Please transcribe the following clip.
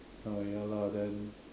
uh ya lah then